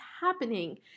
happening